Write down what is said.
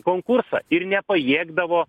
konkursą ir nepajėgdavo